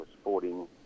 sporting